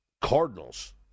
Cardinals